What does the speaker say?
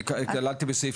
אני כללתי בסעיף